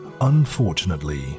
Unfortunately